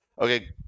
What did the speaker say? okay